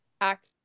act